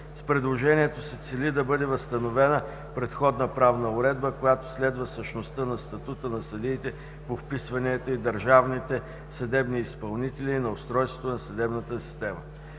С предложението се цели да бъде възстановена предходна правна уредба, която следва същността на статута на съдиите по вписванията и държавните съдебни изпълнители и на устройството на съдебната система.